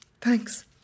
thanks